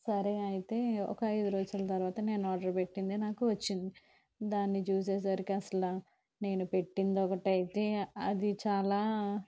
సరే అయితే ఒక అయిదు రోజుల తర్వాత నేను ఆర్డర్ పెట్టిందే నాకు వచ్చింది దాన్ని చూసేసరికి అసలు నేను పెట్టింది ఒకటైతే అది చాలా